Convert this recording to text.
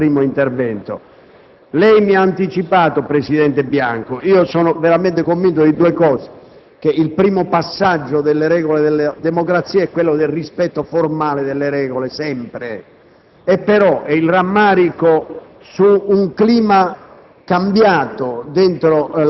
Comunque, il senatore Palma ha posto con grande correttezza il problema nel suo primo intervento. Lei, mi ha anticipato, presidente Bianco. Io sono pienamente convinto di due cose: il primo criterio per garantire l'osservanza delle regole della democrazia è il rispetto formale delle regole sempre